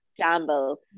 Shambles